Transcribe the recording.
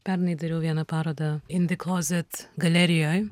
pernai dariau vieną parodą indikozet galerijoj